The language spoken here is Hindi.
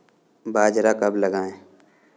बाजरा कब लगाएँ?